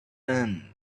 end